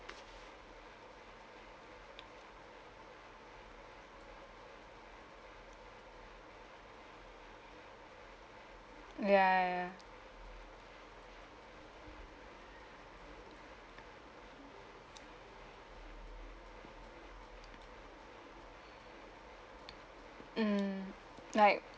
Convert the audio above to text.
mm ya ya mmhmm ike